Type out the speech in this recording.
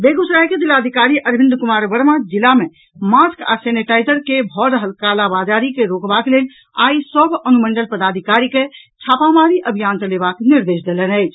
बेगूसराय के जिलाधिकारी अरविंद कुमार वर्मा जिला मे मास्क आ सेनेटाइजर के भऽ रहल कालाबजारी के रोकबाक लेल आइ सभ अनुमंडल पदाधिकारी के छापामारी अभियान चलेबाक निर्देश देलनि अछि